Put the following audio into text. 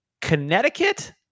Connecticut